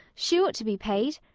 she ought to be paid.